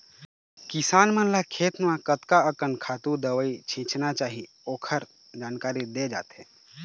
किसान मन ल खेत म कतका अकन खातू, दवई छिचना चाही ओखर जानकारी दे जाथे